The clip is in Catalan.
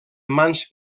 mans